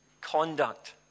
conduct